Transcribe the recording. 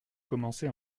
commencé